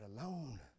alone